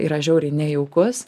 yra žiauriai nejaukus